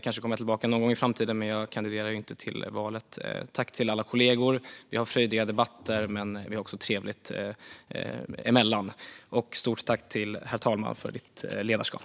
Kanske kommer jag tillbaka någon gång i framtiden. Men jag kandiderar inte i valet. Tack till alla kollegor! Vi har frejdiga debatter, men vi har också trevligt däremellan. Ett stort tack till herr talmannen för ditt ledarskap!